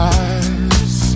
eyes